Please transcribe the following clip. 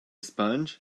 sponge